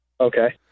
Okay